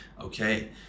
okay